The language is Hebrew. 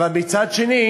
אבל מצד שני